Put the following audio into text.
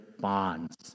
bonds